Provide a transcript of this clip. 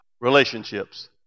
relationships